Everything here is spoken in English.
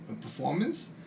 performance